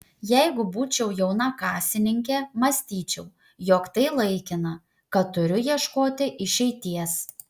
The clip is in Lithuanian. jeigu būčiau jauna kasininkė mąstyčiau jog tai laikina kad turiu ieškoti išeities